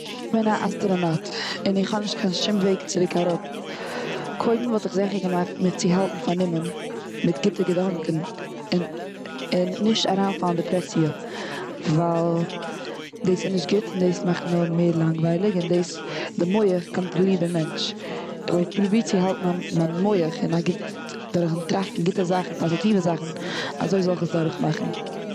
כ'בין א אסטראנאט, און איך האב נישט קיין שום וועג צוריק אראפ. קודם וואלט איך זיכער געמאכט מיך צו האלטן פארנומען מיט גוטע געדאנקען, און נישט אריינפאלן און דיפרעסיע. ווייל דאס איז נישט גוט און דאס מאכט נאר מער לאנגווייליג, און דאס די מח קאנטראלירט די מענטש. און איך וואלט פרובירט צו האלטן מיין, מיין מח און א גוט, דורך טראכטן גוטע זאכן פאזיטיווע זאכן.